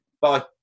Bye